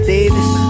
Davis